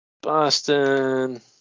Boston